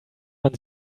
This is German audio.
man